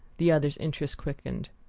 the other's interest quickened.